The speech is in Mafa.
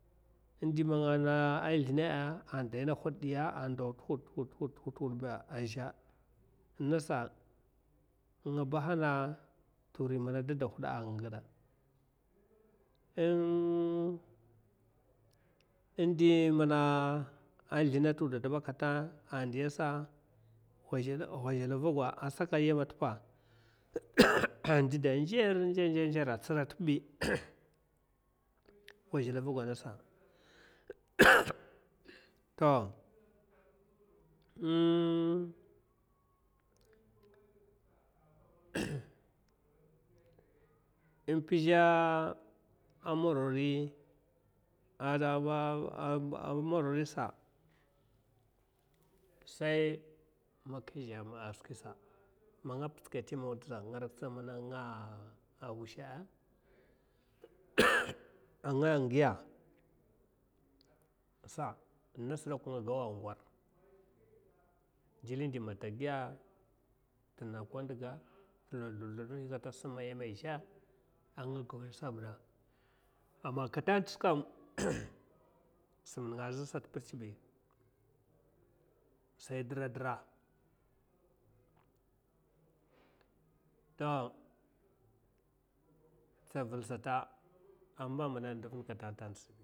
Indi mana ngana a sidina’a a an daina hud diya a ndaw tuhud yuhud ba azha in nasa nga bahana turi mana dide hud a’a anga gada ing indi mana a sldina tuwuda dibba kufa a ndiya salhezhallav agwa, asakod yama tippa a ndidda nrer nzera’a hazhallavagwa nasa to ing pizha a mborori azha a, a mbororisa sai maka zha skwisa man nga pitskad temawda sa nga raisa ma ninga a nga wusha’a. a nga ngiya’a, sa m nas dakwa nga gawa gwar jilli in dimana tegiya a t’na konduga ting sidadu kata sim man yama zhaa nga a arasa avina amman katwata skam simninga, azha sat pirtsb sai dira, dira to tsaval sata ammba katata satbi.